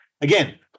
again